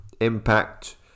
impact